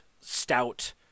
stout